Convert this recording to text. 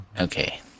Okay